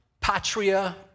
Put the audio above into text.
patria